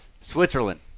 Switzerland